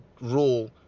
rule